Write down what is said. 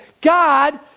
God